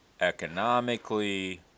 economically